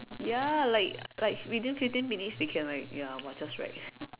ya like like within fifteen minutes they can like ya !wah! just write